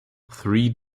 three